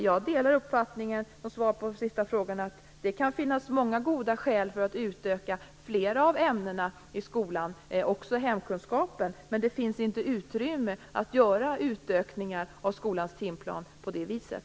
Jag delar, som svar på den sista frågan, uppfattningen att det kan finnas många goda skäl för att utöka flera av ämnena i skolan, också hemkunskapen, men det finns inte utrymme att göra utökningar av skolans timplan på det viset.